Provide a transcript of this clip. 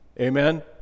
Amen